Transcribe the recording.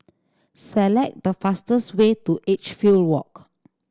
select the fastest way to Edgefield Walk